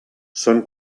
són